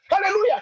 hallelujah